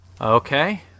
Okay